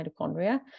mitochondria